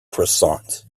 croissants